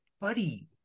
Buddy